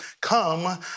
come